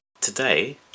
today